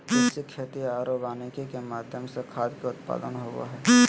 कृषि, खेती आरो वानिकी के माध्यम से खाद्य के उत्पादन होबो हइ